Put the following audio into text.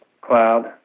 cloud